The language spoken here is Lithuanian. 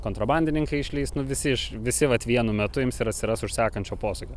kontrabandininkai išlįs nu visi iš visi vat vienu metu ims ir atsiras už sekančio posūkio